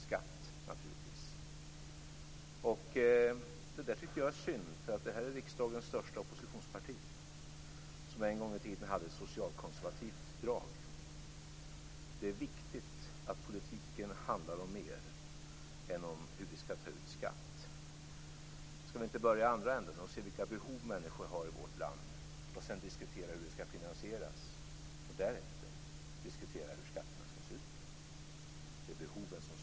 Skatt, naturligtvis! Det tycker jag är synd. Det är fråga om riksdagens största oppositionsparti som en gång i tiden hade ett socialkonservativt drag. Det är viktigt att politiken handlar om mer än om hur vi skall ta ut skatt. Skall vi inte börja i andra änden? Skall vi inte se vilka behov människor har i vårt land, sedan diskutera hur det skall finansieras och därefter diskutera hur skatterna skall se ut? Det är behoven som styr.